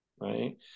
right